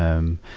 um,